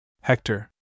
Hector